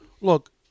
look